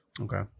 Okay